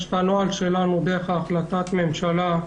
יש בנוהל שלנו, דרך החלטת הממשלה,